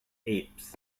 apes